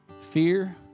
fear